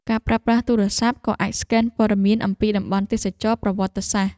ការប្រើប្រាស់ទូរស័ព្ទ ក៏អាចស្កេនព័ត៌មានអំពីតំបន់ទេសចរណ៍ប្រវត្តិសាស្ត្រ។